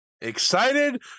excited